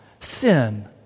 sin